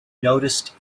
noticed